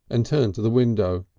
and turned to the window.